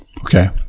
Okay